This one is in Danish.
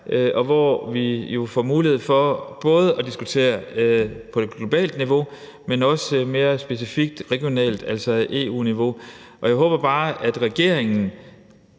og hvor vi jo får mulighed for at diskutere både på et globalt niveau og på et mere specifikt regionalt, altså på EU-niveau. Og jeg håber bare, at regeringen